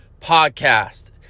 podcast